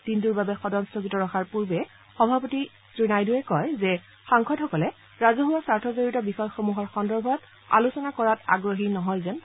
দিনটোৰ বাবে সদন স্থগিত ৰখাৰ পূৰ্বে সভাপতি শ্ৰীনাইডুৱে কয় যে সাংসদসকলে ৰাজহুৱা স্বাৰ্থজড়িত বিষয়সমূহৰ সন্দৰ্ভত আলোচনা কৰাত আগ্ৰহী নহয় যেন পৰিলক্ষিত হৈছে